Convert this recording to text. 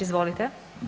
Izvolite.